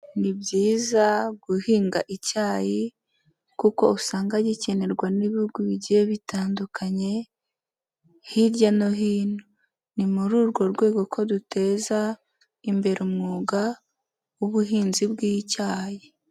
Ni byiza guhinga icyayi kuko usanga gikenerwa n'ibihugu bigiye bitandukanye hirya no hino, ni muri urwo rwego ko duteza imbere umwuga w'ubuhinzi bw'icyayi.